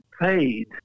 paid